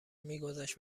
میگذشت